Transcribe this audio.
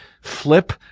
flip